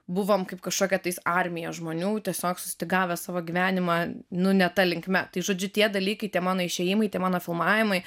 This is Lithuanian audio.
buvom kaip kažkokia tai armiją žmonių tiesiog sustygavę savo gyvenimą ne ta linkme tai žodžiu tie dalykai tie mano išėjimai tie mano filmavimai